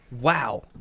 Wow